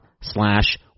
slash